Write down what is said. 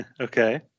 Okay